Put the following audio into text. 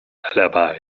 alibi